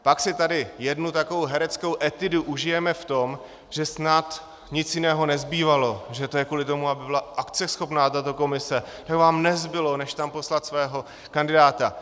Pak si tady jednu takovou hereckou etudu užijeme v tom, že snad nic jiného nezbývalo, že to je kvůli tomu, aby byla akceschopná tato komise, že vám nezbylo, než tam poslat svého kandidáta.